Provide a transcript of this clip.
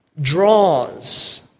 draws